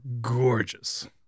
gorgeous